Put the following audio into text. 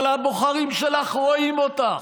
אבל הבוחרים שלך רואים אותך,